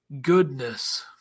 goodness